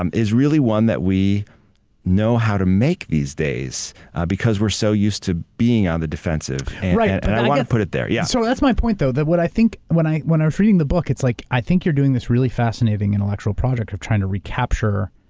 um is really one that we know how to make these days because we're so used to being on the defensive. i want to put it there. yeah so that's my point though, that what i think when i when i was reading the book, it's like, i think you're doing this really fascinating intellectual project of trying to recapture.